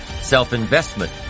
Self-investment